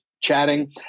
chatting